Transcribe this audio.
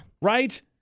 Right